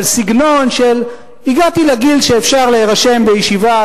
אבל סגנון של הגעתי לגיל שאפשר להירשם בישיבה,